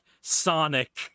sonic